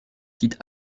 quitte